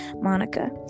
Monica